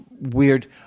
weird